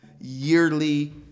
yearly